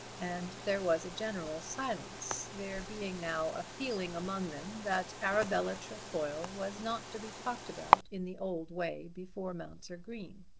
and there was a general silence there being now a feeling among them that arabella trefoil was not to be talked about in the old way before mounser green.